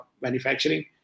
manufacturing